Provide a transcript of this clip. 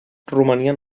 romanien